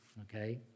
okay